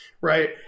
Right